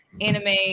anime